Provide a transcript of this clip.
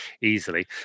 easily